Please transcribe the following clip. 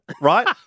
right